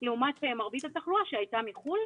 לעומת מרבית התחלואה שהייתה מחו"ל,